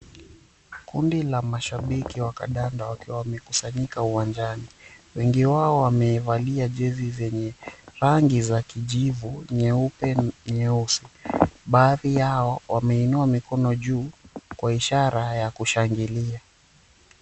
Kundi la mashabiki wa kandanda wakiwa wamekusanyika uwanjani. Wengi wao wamevalia jezi zenye rangi za kijivu, nyeupe, nyeusi. Baadhi yao wameinua mikono juu kwa ishara ya kushangilia.